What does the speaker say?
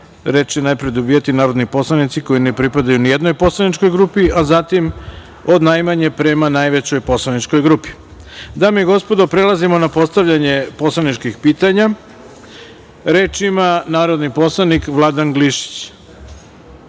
Reč će najpre dobijati narodni poslanici koji ne pripadaju ni jednoj poslaničkoj grupi, a zatim narodni poslanici od najmanjoj prema najvećoj poslaničkoj grupi. Dame i gospodo, prelazimo na postavljanje poslaničkih pitanja. Reč ima narodni poslanik Vladan Glišić.